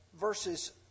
verses